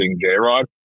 J-Rod